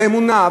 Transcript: באמונה,